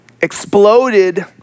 exploded